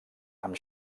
amb